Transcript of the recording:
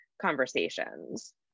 conversations